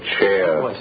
chair